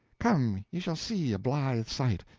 come ye shall see a blithe sight.